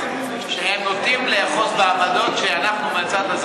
שנוטים לאחוז בעמדות שאנחנו מהצד הזה,